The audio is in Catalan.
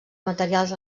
materials